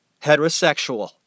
heterosexual